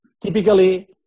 Typically